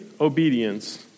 obedience